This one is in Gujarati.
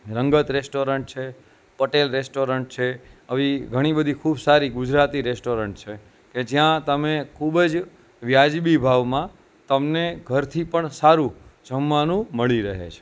રંગત રેસ્ટોરન્ટ છે પટેલ રેસ્ટોરન્ટ છે આવી ઘણી બધી ખૂબ સારી ગુજરાતી રેસ્ટોરન્ટ છે કે જ્યાં તમે ખૂબ જ વાજબી ભાવમાં તમને ઘરથી પણ સારું જમવાનું મળી રહે છે